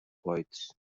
poets